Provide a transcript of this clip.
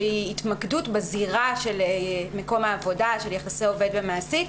שהיא התמקדות בזירה של מקום העבודה של יחסי עובד ומעסיק,